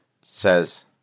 says